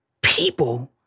people